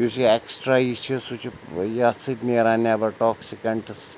یُس یہِ اٮ۪کٕسٹرٛا یہِ چھِ سُہ چھُ یَتھ سۭتۍ نیران نٮ۪بَر ٹاکسِکٮ۪نٛٹٕس